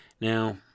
Now